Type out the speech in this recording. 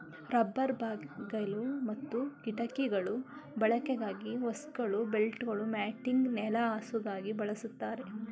rubber ಬಾಗಿಲು ಮತ್ತು ಕಿಟಕಿಗಳ ಬಳಕೆಗಾಗಿ ಹೋಸ್ಗಳು ಬೆಲ್ಟ್ಗಳು ಮ್ಯಾಟಿಂಗ್ ನೆಲಹಾಸುಗಾಗಿ ಬಳಸ್ತಾರೆ